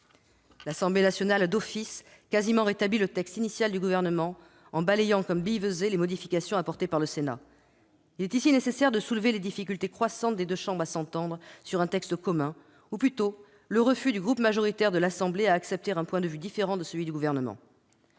L'Assemblée nationale a d'office quasiment rétabli le texte initial du Gouvernement, en balayant comme billevesées les modifications apportées par le Sénat. Il est ici nécessaire d'insister sur les difficultés croissantes des deux chambres à s'entendre sur un texte commun ou plutôt sur le refus du groupe majoritaire de l'Assemblée nationale à accepter un point de vue différent de celui du Gouvernement.